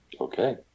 Okay